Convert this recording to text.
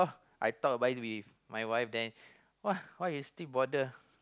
I thought by the way my wife then !wah! why you still bother